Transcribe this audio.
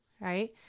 right